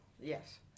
yes